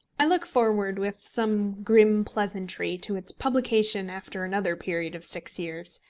i look forward with some grim pleasantry to its publication after another period of six years,